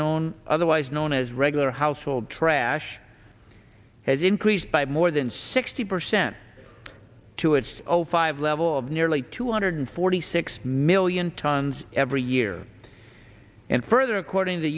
known otherwise known as regular household trash has increased by more than sixty percent to its zero five level of nearly two hundred forty six million tons every year and further according to